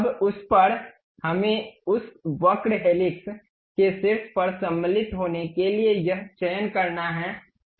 अब उस पर हमें उस वक्र हेलिक्स के शीर्ष पर सम्मिलित होने के लिए यह चयन करना है